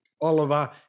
Oliver